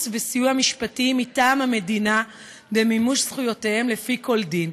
וסיוע משפטיים מטעם המדינה במימוש זכויותיהם לפי כל דין,